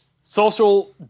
social